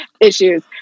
issues